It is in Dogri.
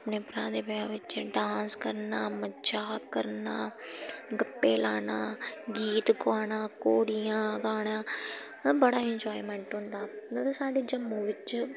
अपने भ्रा दे ब्याह् बिच्च डांस करना मजाक करना गप्पें लाना गीत गुआना घोड़ियां गाना मतलब बड़ा इन्जाएमैंट होंदा मतलब साढ़े जम्मू बिच्च